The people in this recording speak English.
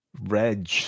Reg